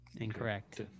Incorrect